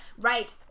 right